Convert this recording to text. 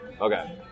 Okay